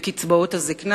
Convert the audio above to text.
בקצבאות הזיקנה,